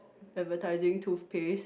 advertising toothpaste